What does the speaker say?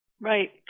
Right